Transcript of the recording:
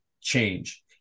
change